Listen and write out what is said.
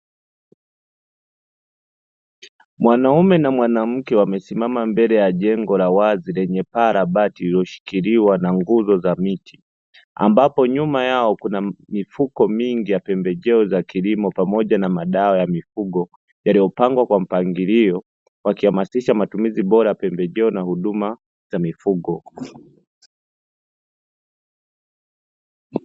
Mwanaume na mwanamke wamesimama mbele ya jengo la wazi lenye paa la bati lililoshikiliwa na nguzo za miti, ambapo nyuma yao kuna mifuko mingi ya pembejeo za kilimo pamoja na madawa ya mifugo, yaliyopangwa kwa mpangilio wakihamasisha matumizi bora ya pembejeo na huduma za mifugo.